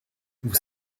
vous